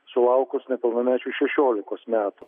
sulaukus nepilnamečiui šešiolikos metų